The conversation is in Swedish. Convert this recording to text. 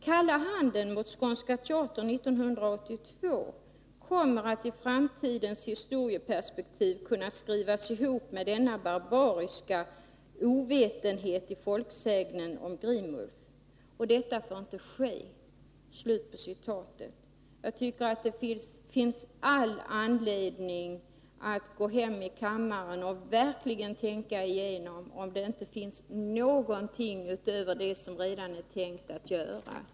Kalla handen mot Svenska Teatern 1982 kommer att i framtidens historieperspektiv kunna skrivas ihop med denna barbariska ovetenhet i folksägnen om Grimulf. Detta får inte ske!” Det finns all anledning för utbildningsministern att gå hem till kammaren och verkligen tänka igenom om det inte finns någonting att göra utöver det som redan är tänkt att göras.